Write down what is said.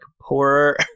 poorer